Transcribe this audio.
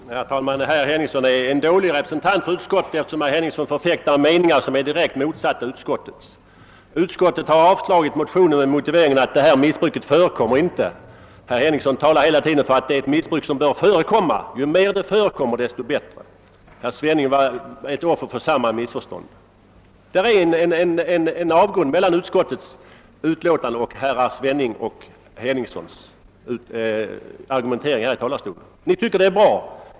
Herr talman! Herr Henningsson är en dålig representant för utskottet eftersom han förfäktar meningar som står i direkt strid mot utskottets. Utskottet har avstyrkt motionerna med motiveringen, att det påtalade missbruket inte förekommer. Herr Henningsson säger hela tiden att det är ett missbruk som förekommer; ju mer det förekommer desto bättre. Herr Svenning var ett offer för samma missförstånd. Det är en avgrund mellan utskottsutlåtandets och herrar Svennings och Henningssons argumentering. Ni tycker att dessa förhållanden är bra.